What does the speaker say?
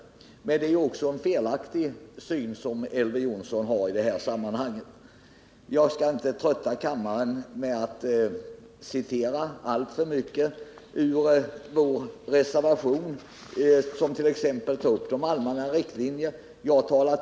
Jag vill emellertid också säga, att den uppfattning som Elver Jonsson för fram i detta sammanhang är felaktig. Jag skall inte trötta kammarens ledamöter med att återge alltför mycket t.ex. ur vår reservation om allmänna riktlinjer m.m.